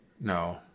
No